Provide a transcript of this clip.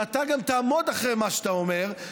שאתה גם תעמוד מאחורי מה שאתה אומר,